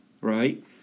Right